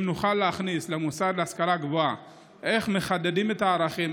אם נוכל להכניס למוסד להשכלה גבוהה איך מחדדים את הערכים,